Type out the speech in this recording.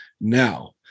Now